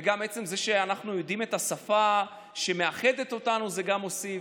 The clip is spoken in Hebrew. וגם עצם זה שאנחנו יודעים את השפה שמאחדת בינינו הוסיף.